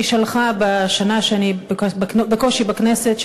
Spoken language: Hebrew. בשנה שאני בקושי בכנסת,